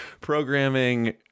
programming